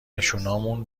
نشونامون